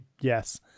yes